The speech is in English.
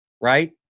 right